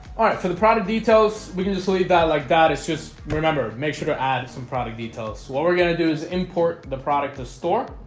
alright for the product details we can just leave that like that. it's just remember make sure to add some product details so what ah we're gonna do is import the product to store